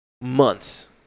Months